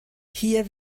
hier